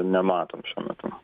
nematom šiuo metu